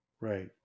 Right